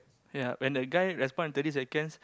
ya when the guy respond in thirty seconds